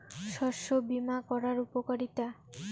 শস্য বিমা করার উপকারীতা?